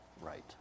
right